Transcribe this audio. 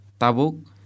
Tabuk